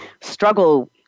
struggle